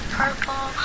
purple